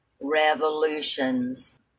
revolutions